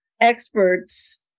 experts